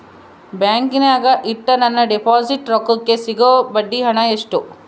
ಬ್ಯಾಂಕಿನಾಗ ಇಟ್ಟ ನನ್ನ ಡಿಪಾಸಿಟ್ ರೊಕ್ಕಕ್ಕೆ ಸಿಗೋ ಬಡ್ಡಿ ಹಣ ಎಷ್ಟು?